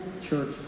church